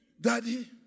daddy